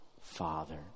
Father